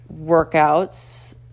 workouts